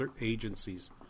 agencies